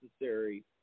necessary